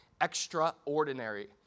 Extraordinary